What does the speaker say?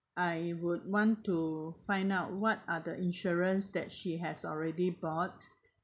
I would want to find out what are the insurance that she has already bought